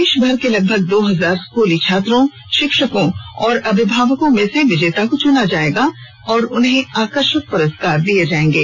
देशभर के लगभग दो हजार स्कूली छात्रों शिक्षकों और अभिभावकों में से विजेता को चुना जाएगा और उन्हें आकर्षक पुरस्कार दिए जाएंगे